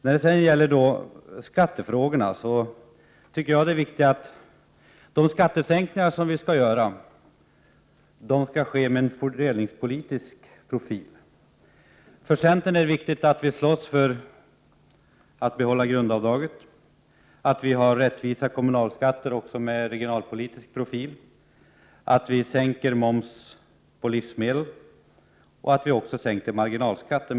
Vad sedan gäller skattefrågorna tycker jag det är viktigt att de skattesänkningar som skall göras sker med en fördelningspolitisk profil. Centern tycker det är viktigt att slåss för att behålla grundavdraget, för att få rättvisa kommunalskatter, också med regionalpolitisk profil, för att sänka momsen på livsmedel och också sänka marginalskatten.